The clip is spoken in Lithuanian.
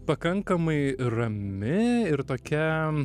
pakankamai rami ir tokia